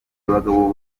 abagabo